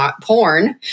porn